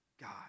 God